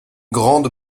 grande